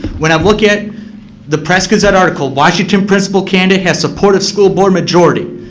when i look at the press gazette article, washington principal candidate has support of school board majority,